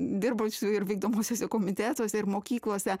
dirbančiųjų ir vykdomuosiuose komitetuose ir mokyklose